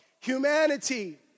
humanity